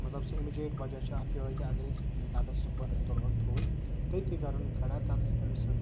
مَطلَب سُہ اِمِجِیٹ وَجہ چھُ اتھ یِہٕے کہِ اگر أسۍ تَتَس سُہ تُلوون تھوٚد تٔتی کَروون کھَڑا تتس تٔمس